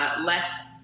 less